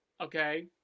okay